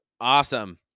Awesome